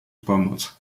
pomoc